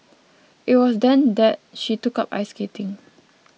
it was then that she took up ice skating